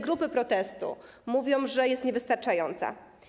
Grupy protestu mówią, że jest niewystarczająca.